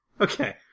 Okay